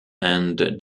and